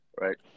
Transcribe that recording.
right